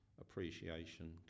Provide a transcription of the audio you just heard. appreciation